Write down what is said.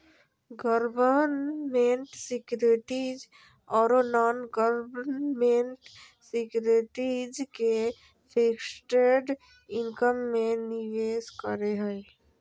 government securities ओरो non government securities के fixed income में निवेश करे हइ